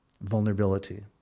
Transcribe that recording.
vulnerability